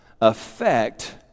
affect